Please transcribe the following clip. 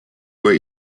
were